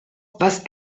was